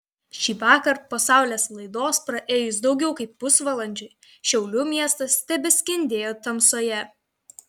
šįvakar po saulės laidos praėjus daugiau kaip pusvalandžiui šiaulių miestas tebeskendėjo tamsoje